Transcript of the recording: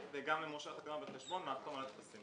וגם למורשה החתימה בחשבון לחתום על הטפסים.